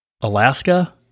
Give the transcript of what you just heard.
Alaska